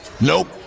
Nope